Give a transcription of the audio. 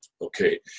Okay